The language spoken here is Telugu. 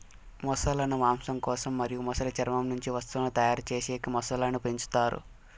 మొసళ్ళ ను మాంసం కోసం మరియు మొసలి చర్మం నుంచి వస్తువులను తయారు చేసేకి మొసళ్ళను పెంచుతారు